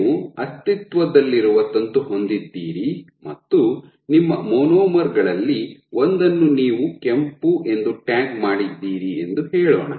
ನೀವು ಅಸ್ತಿತ್ವದಲ್ಲಿರುವ ತಂತು ಹೊಂದಿದ್ದೀರಿ ಮತ್ತು ನಿಮ್ಮ ಮೊನೊಮರ್ ಗಳಲ್ಲಿ ಒಂದನ್ನು ನೀವು ಕೆಂಪು ಎಂದು ಟ್ಯಾಗ್ ಮಾಡಿದ್ದೀರಿ ಎಂದು ಹೇಳೋಣ